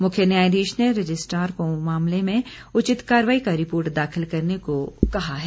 मुख्य न्यायाधीश ने रजिस्ट्रार को मामले में उचित कार्रवाई कर रिपोर्ट दाखिल करने को कहा है